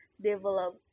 Develop